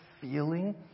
feeling